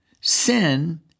sin